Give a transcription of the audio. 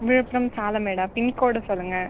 விழுப்புரம் சாலமேடா பின்கோடு சொல்லுங்கள்